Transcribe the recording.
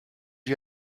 you